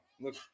Look